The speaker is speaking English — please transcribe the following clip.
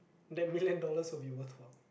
then million dollars will be worthwhile